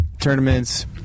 tournaments